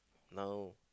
no